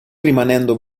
rimanendo